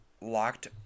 locked